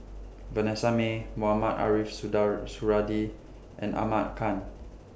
Vanessa Mae Mohamed Ariff Suradi and Ahmad Khan